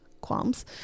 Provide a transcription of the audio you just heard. qualms